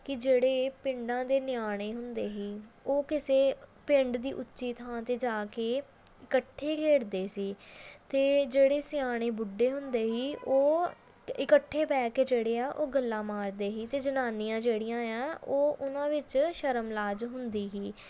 ਕਿ ਜਿਹੜੇ ਪਿੰਡਾਂ ਦੇ ਨਿਆਣੇ ਹੁੰਦੇ ਸੀ ਉਹ ਕਿਸੇ ਪਿੰਡ ਦੀ ਉੱਚੀ ਥਾਂ 'ਤੇ ਜਾ ਕੇ ਇਕੱਠੇ ਖੇਡਦੇ ਸੀ ਅਤੇ ਜਿਹੜੇ ਸਿਆਣੇ ਬੁੱਢੇ ਹੁੰਦੇ ਸੀ ਉਹ ਇਕੱਠੇ ਬਹਿ ਕੇ ਜਿਹੜੇ ਆ ਉਹ ਗੱਲਾਂ ਮਾਰਦੇ ਸੀ ਅਤੇ ਜਨਾਨੀਆਂ ਜਿਹੜੀਆਂ ਆ ਉਹ ਉਹਨਾਂ ਵਿੱਚ ਸ਼ਰਮ ਲਿਹਾਜ ਹੁੰਦੀ ਸੀ